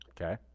Okay